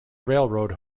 railroad